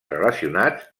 relacionats